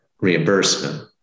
reimbursement